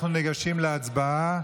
אנחנו ניגשים להצבעה